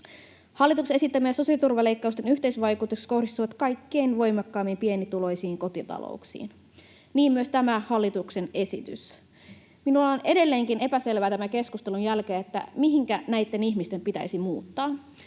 Hallituksen esittämien sosiaaliturvaleikkausten yhteisvaikutukset kohdistuvat kaikkein voimakkaimmin pienituloisiin kotitalouksiin, niin myös tämä hallituksen esitys. Minulle on edelleenkin epäselvää tämän keskustelun jälkeen, mihinkä näitten ihmisten pitäisi muuttaa.